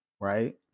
right